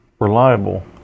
reliable